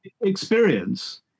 experience